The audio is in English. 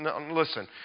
Listen